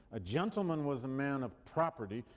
a gentleman was a man of property.